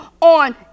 on